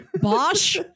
Bosch